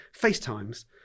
FaceTimes